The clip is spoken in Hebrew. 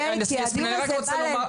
כי הדיון הזה בא לדבר על שני דברים.